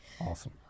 awesome